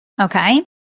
Okay